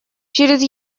через